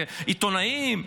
זה עיתונאים.